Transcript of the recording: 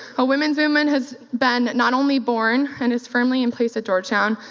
a women's movement has been, not only born, and is firmly in place at georgetown,